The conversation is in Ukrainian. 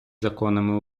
законами